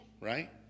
right